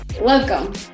Welcome